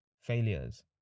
failures